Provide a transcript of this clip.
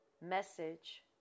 message